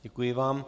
Děkuji vám.